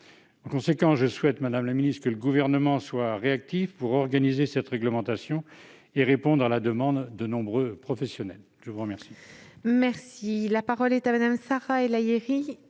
En conséquence, je souhaite, madame la secrétaire d'État, que le Gouvernement soit réactif pour organiser cette réglementation et répondre à la demande de nombreux professionnels. La parole